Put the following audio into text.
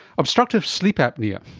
obstructive sleep apnoea,